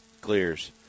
clears